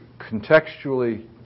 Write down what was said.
contextually